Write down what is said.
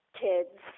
kids